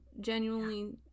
genuinely